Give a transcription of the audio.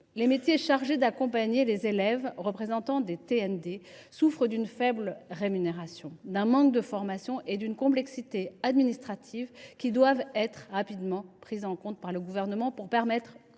professionnels chargés d’accompagner les élèves présentant des TND souffrent de la faiblesse de leurs rémunérations, d’un manque de formation et d’une complexité administrative qui doivent être rapidement pris en compte par le Gouvernement pour permettre,,